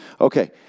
Okay